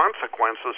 consequences